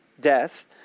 death